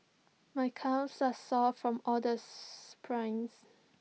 my calves are sore from all the sprints